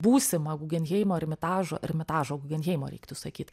būsimą gugenheimo ermitažo ermitažo gugenheimo reiktų sakyt